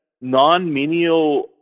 non-menial